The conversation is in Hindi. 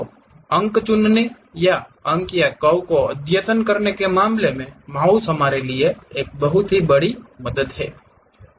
तो अंक चुनने या अंक या कर्व को अद्यतन करने के मामले में माउस हमारे लिए एक बहुत बड़ी मदद है